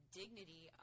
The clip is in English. dignity